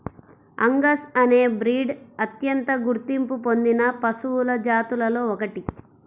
Angus అనే breed అత్యంత గుర్తింపు పొందిన పశువుల జాతులలో ఒకటి